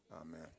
amen